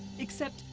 except,